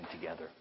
together